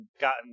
gotten